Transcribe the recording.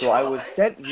so i was sent